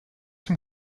from